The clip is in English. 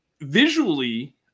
visually